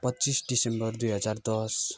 पच्चिस डिसम्बर दुई हजार दस